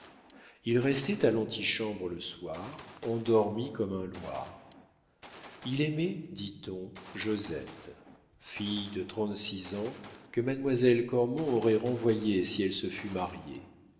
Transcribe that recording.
il restait à l'antichambre le soir endormi comme un loir il aimait dit-on josette fille de trente-six ans que mademoiselle cormon aurait renvoyée si elle se fût mariée